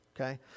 Okay